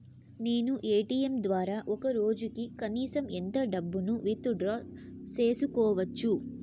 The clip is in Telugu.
నేను ఎ.టి.ఎం ద్వారా ఒక రోజుకి కనీసం ఎంత డబ్బును విత్ డ్రా సేసుకోవచ్చు?